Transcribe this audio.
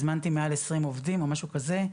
הזמנתי מעל 20 עובדים או משהו כזה,